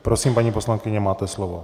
Prosím, paní poslankyně, máte slovo.